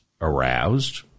aroused